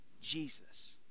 Jesus